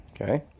Okay